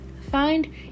Find